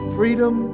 freedom